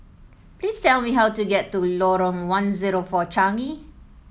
please tell me how to get to Lorong one zero four Changi